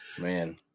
Man